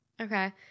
Okay